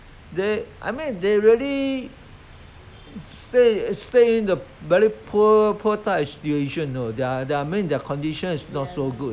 try to bring their children go there to let them experience this kind of thing you see then from there they try to try to learn try to see eh how life is it